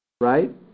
right